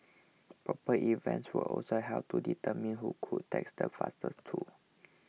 proper events were also held to determine who could text the fastest too